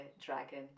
dragon